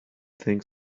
think